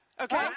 Okay